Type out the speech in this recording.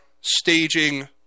staging